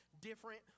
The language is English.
different